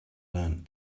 learned